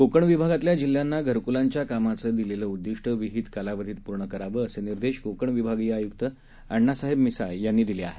कोकण विभागातल्या जिल्ह्यांना घरकुलांच्या कामांचे दिलेलं उद्दिष्ट विहित कालावधीत पूर्ण करावी असे निर्देश कोकण विभागीय आयुक्त अण्णासाहेब मिसाळ यांनी दिले आहेत